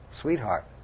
sweetheart